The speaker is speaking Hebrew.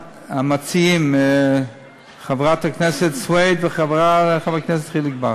המציעים, חברת הכנסת סויד וחבר הכנסת חיליק בר,